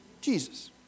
Jesus